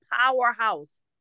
powerhouse